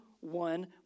one